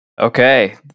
Okay